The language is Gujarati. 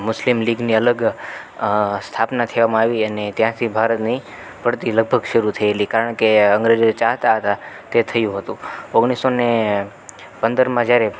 મુસ્લિમ લીગની અલગ સ્થાપના થવામાં આવી અને ત્યાંથી ભારતની પડતી લગભગ શરૂ થએલી કારણ કે અંગ્રેજો એ ચાહતા હતા તે થયું હતું ઓગણીસસો ને પંદરમાં જ્યારે